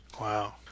Wow